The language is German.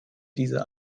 diese